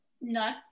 no